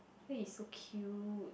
why you so cute